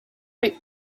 right